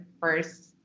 first